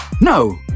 no